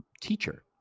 teacher